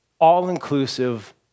all-inclusive